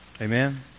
Amen